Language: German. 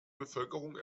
bevölkerung